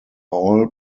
all